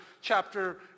chapter